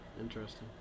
interesting